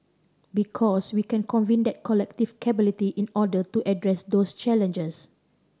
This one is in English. because we can convene that collective capability in order to address those challenges